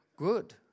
Good